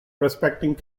respecting